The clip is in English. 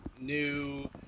new